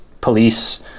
police